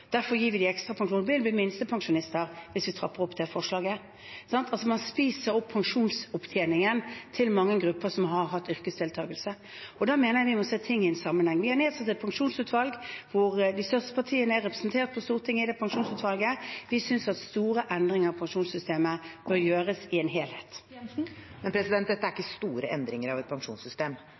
derfor gir vi dem ekstra pensjon, vil bli minstepensjonister hvis vi trapper opp det forslaget. Man spiser opp pensjonsopptjeningen til mange grupper som har hatt yrkesdeltakelse. Da mener jeg vi må se ting i en sammenheng. Vi har nedsatt et pensjonsutvalg, hvor de største partiene på Stortinget er representert. Vi synes at store endringer i pensjonssystemet bør gjøres i en helhet. Dette er ikke store endringer av et pensjonssystem.